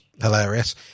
hilarious